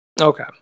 Okay